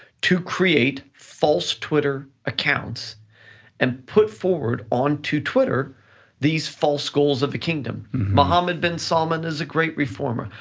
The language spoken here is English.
to create false twitter accounts and put forward on to twitter these false goals of the kingdom. mohammed bin salman is a great reformer,